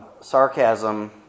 sarcasm